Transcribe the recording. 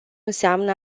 înseamnă